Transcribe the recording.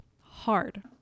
hard